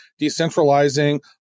decentralizing